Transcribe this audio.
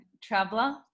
traveler